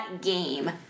game